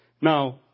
Now